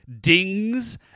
dings